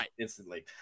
instantly